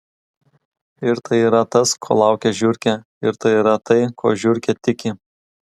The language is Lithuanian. ir tai yra tas ko laukia žiurkė ir tai yra tai kuo žiurkė tiki